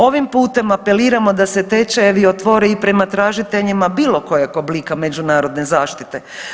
Ovim putem apeliramo da se tečajevi otvore i prema tražiteljima bilo kojeg oblika međunarodne zaštite.